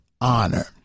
honor